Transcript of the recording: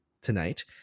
tonight